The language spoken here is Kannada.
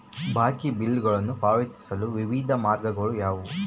ಬಾಕಿ ಬಿಲ್ಗಳನ್ನು ಪಾವತಿಸಲು ವಿವಿಧ ಮಾರ್ಗಗಳು ಯಾವುವು?